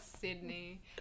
Sydney